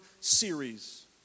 series